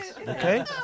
okay